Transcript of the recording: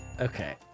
Okay